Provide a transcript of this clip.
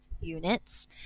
units